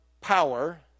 power